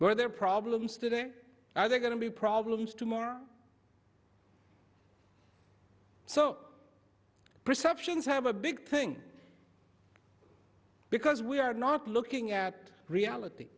or their problems today are they going to be problems tomorrow so perceptions have a big thing because we are not looking at reality